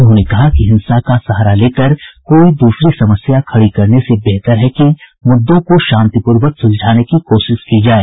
उन्होंने कहा कि हिंसा का सहारा लेकर कोई दूसरी समस्या खड़ी करने से बेहतर है कि मुद्दों को शांतिपूर्वक सुलझाने की कोशिश की जाए